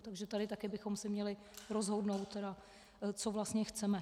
Takže tady taky bychom se měli rozhodnout, co vlastně chceme.